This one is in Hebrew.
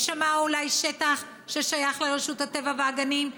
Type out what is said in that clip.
יש שם אולי שטח ששייך לרשות הטבע והגנים,